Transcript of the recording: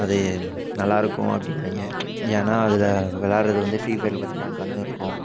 அது நல்லா இருக்கும் அப்படின்னாய்ங்க ஏன்னால் அதில் விளாயாடுறது வந்து ஃப்ரீ ஃபயரில் பார்த்தின்னா கன்னு இருக்கும்